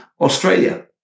Australia